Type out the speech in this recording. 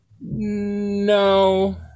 no